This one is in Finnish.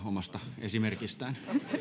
omasta esimerkistään